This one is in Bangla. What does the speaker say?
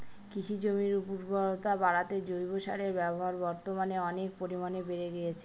কৃষিজমির উর্বরতা বাড়াতে জৈব সারের ব্যবহার বর্তমানে অনেক পরিমানে বেড়ে গিয়েছে